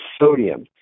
sodium